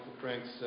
Frank's